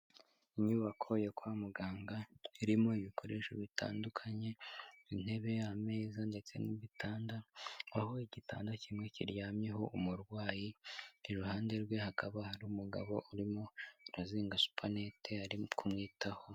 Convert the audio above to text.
Inyubako yo kwa muganga irimo ibikoresho bitandukanye; intebe, ameza ndetse n'igitanda. Aho igitanda kimwe kiryamyeho umurwayi, iruhande rwe hakaba hari umugabo urimo arazinga supanete irimo kumwitaho.